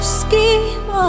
scheme